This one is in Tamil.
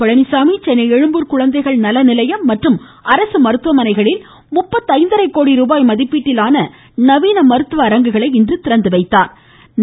பழனிச்சாமி சென்னை எழும்பூர் குழந்தைகள் நல நிலையம் மற்றும் அரசு மருத்துவமனைகளில் கோடி ருபாய் மதிப்பீட்டிலான நவீன மருத்துவ அரங்குகளை இன்று துவக்கி வைத்தாா்